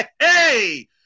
Hey